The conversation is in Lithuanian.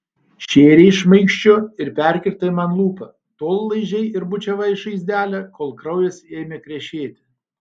šėrei šmaikščiu ir perkirtai man lūpą tol laižei ir bučiavai žaizdelę kol kraujas ėmė krešėti